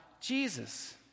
Jesus